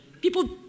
People